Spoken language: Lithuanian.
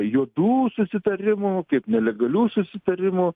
juodų susitarimų kaip nelegalių susitarimų